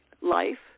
life